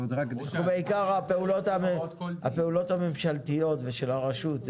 בעיקר הפעולות הממשלתיות ושל הרשות,